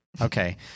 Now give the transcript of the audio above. Okay